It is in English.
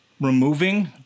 removing